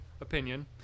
opinion